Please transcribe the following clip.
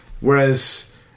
Whereas